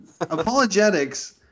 apologetics